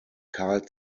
carl